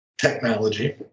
technology